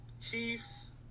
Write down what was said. Chiefs